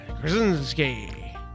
Krasinski